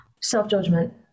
Self-judgment